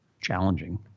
challenging